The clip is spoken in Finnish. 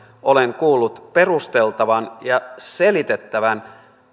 olen kuullut perusteltavan ja selitettävän